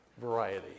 variety